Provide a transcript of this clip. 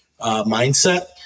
mindset